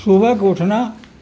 صبح کو اٹھنا